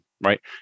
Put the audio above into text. right